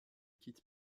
kit